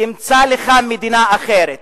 תמצא לך מדינה אחרת.